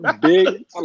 Big